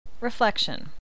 Reflection